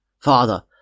Father